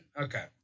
Okay